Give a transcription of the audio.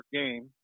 game